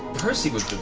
percy with